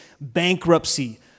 bankruptcy